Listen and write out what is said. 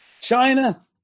China